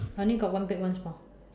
I only got one big one small